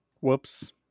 whoops